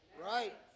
Right